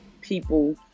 people